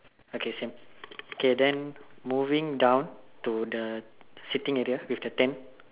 okay same okay then moving down to the sitting area with then tent